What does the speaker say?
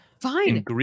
fine